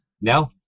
no